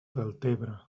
deltebre